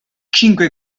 cinque